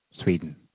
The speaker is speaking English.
Sweden